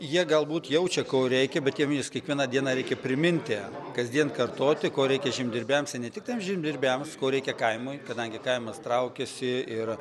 jie galbūt jaučia ko reikia bet jiem vis kiekvieną dieną reikia priminti kasdien kartoti ko reikia žemdirbiams ir ne tiktai žemdirbiams ko reikia kaimui kadangi kaimas traukiasi ir